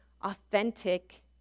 authentic